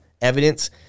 evidence